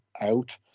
Out